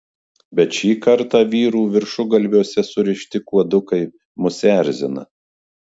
bet šį kartą vyrų viršugalviuose surišti kuodukai mus erzina